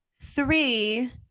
three